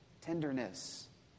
Tenderness